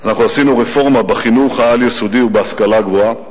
עשינו רפורמה בחינוך העל-יסודי ובהשכלה הגבוהה.